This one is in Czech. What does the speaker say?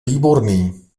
výborný